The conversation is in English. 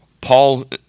Paul